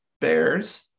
bears